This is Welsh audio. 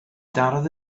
darodd